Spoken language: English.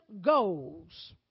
goals